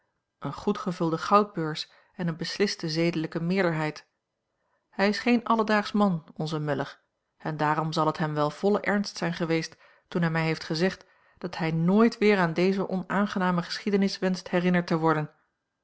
eene goed gevulde goudbeurs en eene besliste zedelijke meerderheid hij is geen alledaagsch man onze muller en daarom zal het hem wel volle ernst zijn geweest toen hij mij heeft gezegd dat hij nooit weer aan deze onaangename geschiedenis wenscht herinnerd te worden